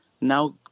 Now